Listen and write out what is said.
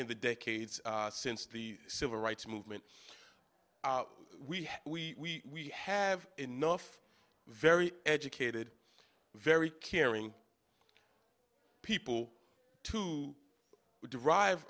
in the decades since the civil rights movement we have we have enough very educated very caring people to derive